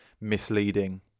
misleading